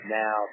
now